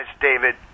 David